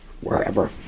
wherever